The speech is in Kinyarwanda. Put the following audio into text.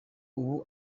ubu